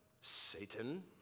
Satan